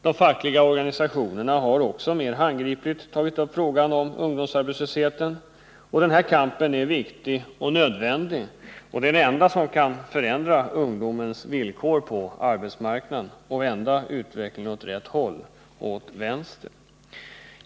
De fackliga organisationerna har också mer handgripligt tagit upp frågan om ungdomsarbetslösheten. Den här kampen är nödvändig och det enda som kan förändra ungdomens villkor på arbetsmarknaden och vända utvecklingen åt rätt håll, åt vänster.